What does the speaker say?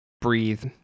breathe